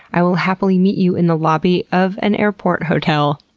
i will happily meet you in the lobby of an airport hotel.